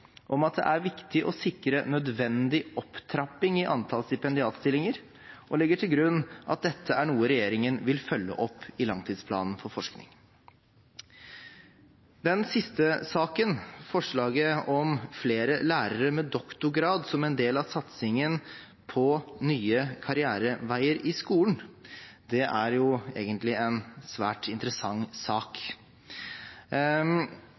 om at det er viktig å sikre nødvendig opptrapping i antall stipendiatstillinger, og legger til grunn at dette er noe regjeringen vil følge opp i langtidsplanen for forskning. Den siste saken, forslaget om flere lærere med doktorgrad som en del av satsingen på nye karriereveier i skolen, er egentlig en svært interessant sak.